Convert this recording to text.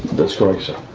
that's correct, sir.